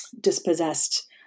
dispossessed